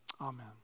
Amen